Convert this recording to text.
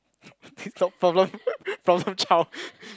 this called problem problem child